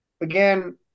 again